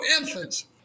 infants